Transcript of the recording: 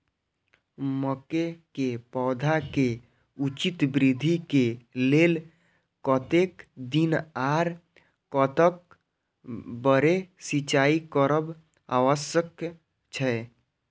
मके के पौधा के उचित वृद्धि के लेल कतेक दिन आर कतेक बेर सिंचाई करब आवश्यक छे?